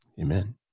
amen